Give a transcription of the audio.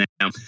now